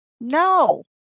No